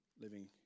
living